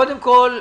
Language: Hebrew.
קודם כל,